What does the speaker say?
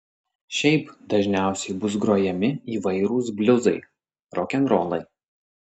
šiaip dažniausiai bus grojami įvairūs bliuzai rokenrolai